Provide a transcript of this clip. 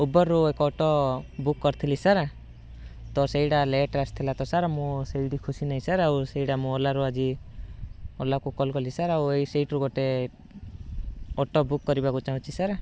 ଉବର୍ରୁ ଏକ auto book କରିଥିଲି sir ତ ସେଇଟା ଲେଟ୍ ଆସିଥିଲା ତ ସାର୍ ମୁଁ ସେଇଟି ଖୁସି ନେଇ ସାର୍ ଆଉ ସେଇଟା ମୁଁ ଓଲାରୁ ଆଜି ଓଲାକୁ କଲ୍ କଲି ସାର୍ ଆଉ ଏଇ ସେଇଠୁ ଗୋଟେ ଅଟୋ ବୁକ୍ କରିବାକୁ ଚାହୁଁଛି ସାର୍